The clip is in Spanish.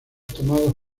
tomados